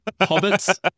hobbits